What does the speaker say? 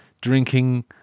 drinking